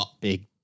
big